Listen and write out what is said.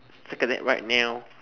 circle that right now